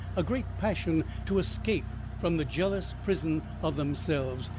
a great passion to escape from the jealous prison of themselves,